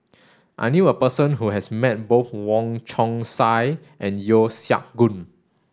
I knew a person who has met both Wong Chong Sai and Yeo Siak Goon